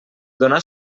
donar